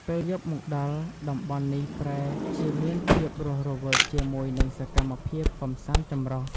ពេលយប់មកដល់ តំបន់នេះប្រែជាមានភាពរស់រវើកជាមួយនឹងសកម្មភាពកម្សាន្តចម្រុះ។